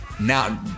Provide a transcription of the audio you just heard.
Now